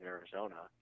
Arizona